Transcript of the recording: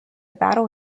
battle